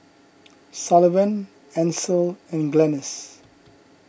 Sullivan Ancil and Glennis